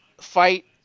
fight